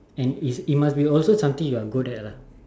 and is is must be also something that you are good at lah